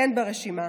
כן ברשימה.